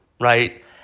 right